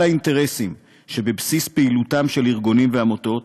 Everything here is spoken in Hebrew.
האינטרסים שבבסיס פעילותם של ארגונים ועמותות,